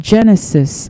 Genesis